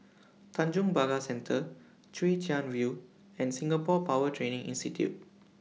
Tanjong Pagar Center Chwee Chian View and Singapore Power Training Institute